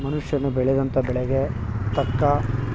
ಮನುಷ್ಯನು ಬೆಳೆಯುವಂಥ ಬೆಳೆಗೆ ಪಕ್ಕ